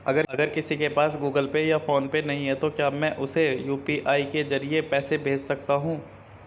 अगर किसी के पास गूगल पे या फोनपे नहीं है तो क्या मैं उसे यू.पी.आई के ज़रिए पैसे भेज सकता हूं?